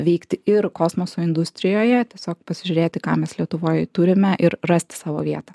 veikti ir kosmoso industrijoje tiesiog pasižiūrėti ką mes lietuvoj turime ir rasti savo vietą